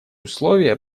условия